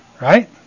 Right